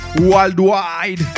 worldwide